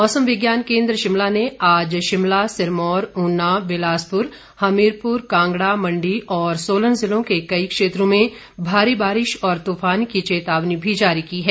मौसम विज्ञान केंद्र शिमला ने आज शिमला सिरमौर ऊना बिलासपुर हमीरपुर कांगड़ा मंडी और सोलन जिलों के कई क्षेत्रों में भारी बारिश और तूफान की चेतावनी भी जारी की है